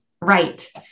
Right